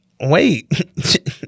wait